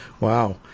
Wow